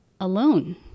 alone